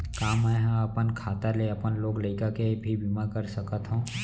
का मैं ह अपन खाता ले अपन लोग लइका के भी बीमा कर सकत हो